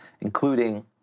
including